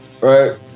right